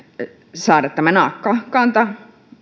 saada tämä naakkakanta